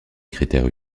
critère